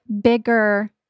bigger